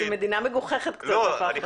זה מדינה מגוחכת קצת הפך להיות,